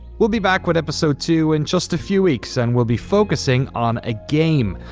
we'll be back with episode two in just a few weeks and we'll be focusing on a game.